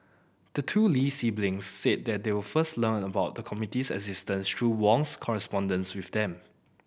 the two Lee siblings said that they were first learned about the committee's existence through Wong's correspondence with them